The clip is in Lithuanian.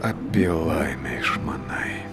apie laimę išmanai